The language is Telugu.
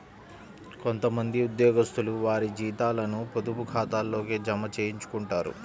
కొంత మంది ఉద్యోగస్తులు వారి జీతాలను పొదుపు ఖాతాల్లోకే జమ చేయించుకుంటారు